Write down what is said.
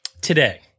Today